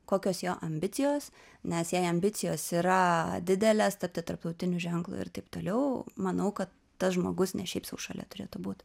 kokios jo ambicijos nes jei ambicijos yra didelės tapti tarptautiniu ženklu ir taip toliau manau kad tas žmogus ne šiaip sau šalia turėtų būt